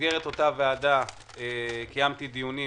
במסגרת אותה ועדה קיימתי דיונים